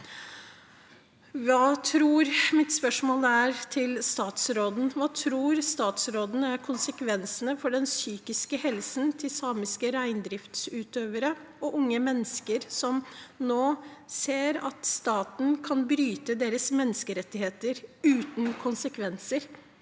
Hva tror statsråden er konsekvensene for den psykiske helsen til samiske reindriftsutøvere av at staten kan bryte deres menneskerettigheter uten konsekvenser?»